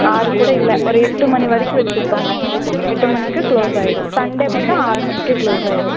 ஆறு கூட இல்லை ஒரு எட்டு மணி வரைக்கும் வெச்சுருப்போங்க எட்டு மணிக்கு க்ளோஸாகிரும் சண்டே மட்டும் ஆறு மணிக்கே க்ளோஸாகிரும்